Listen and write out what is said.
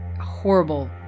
horrible